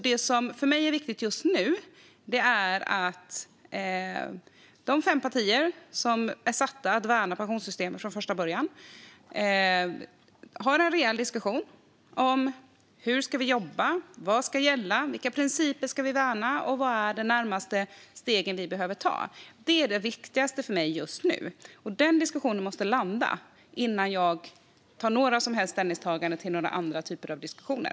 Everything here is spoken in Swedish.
Det som är viktigt för mig just nu är därför att de fem partier som från första början sattes att värna pensionssystemet har en rejäl diskussion om hur vi ska jobba, vad som ska gälla, vilka principer vi ska värna och vilka de närmaste stegen är som vi behöver ta. Det är det viktigaste för mig just nu, och diskussionen måste landa innan jag över huvud taget tar ställning till andra slags diskussioner.